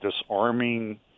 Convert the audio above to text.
disarming